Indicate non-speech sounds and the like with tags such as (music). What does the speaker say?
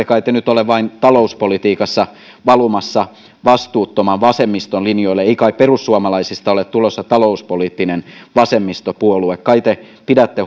(unintelligible) kai te nyt ole vain talouspolitiikassa valumassa vastuuttoman vasemmiston linjoille ei kai perussuomalaista ole tulossa talouspoliittinen vasemmistopuolue kai te pidätte (unintelligible)